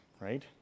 right